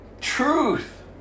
Truth